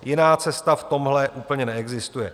Jiná cesta v tomhle úplně neexistuje.